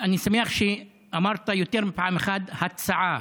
אני שמח שאמרת יותר מפעם אחת "הצעה",